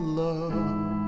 love